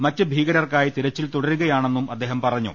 മറ്റ് ഭീകരർക്കായി ്വതിരച്ചിൽതുടരുകായ ണെന്നും അദ്ദേഹം പറഞ്ഞു